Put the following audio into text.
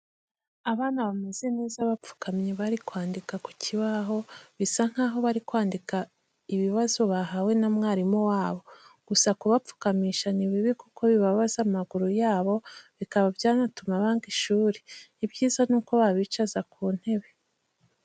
Abana bameze neza bapfukamye bari kwandika ku kibaho, bisa nkaho bari kwandika ibibazo bahawe na mwarimu wabo, gusa kubapfukamisha ni bibi kuko bibababaza amaguru yabo bikaba byanatuma banga ishuri, ibyiza ni uko babicaza ku ntebe.